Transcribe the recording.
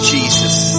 Jesus